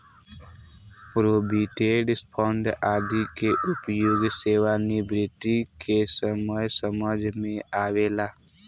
provident fund आदि के उपयोग सेवानिवृत्ति के समय समझ में आवेला